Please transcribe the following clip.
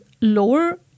lower